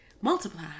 Multiply